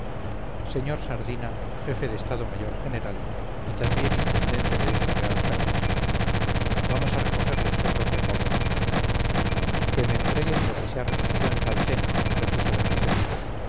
señor sardina jefe de estado mayor general y también intendente de este real ejército vamos a recoger los fondos recaudados que me entreguen lo que se ha recogido en calcena repuso d vicente